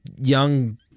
young